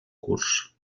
curs